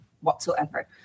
whatsoever